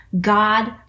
God